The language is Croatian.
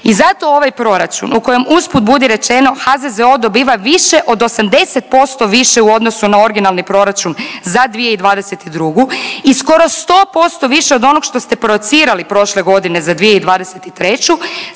I zato ovaj proračun u kojem usput budi rečeno HZZO dobiva više od 80% više u odnosu na originalni proračun za 2022. i skoro 100% više od onog što ste projicirali prošle godine za 2023.